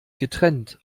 getrennt